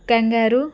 kangaroo